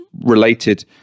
related